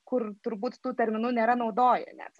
kur turbūt tų terminų nėra naudoję net